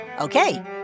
okay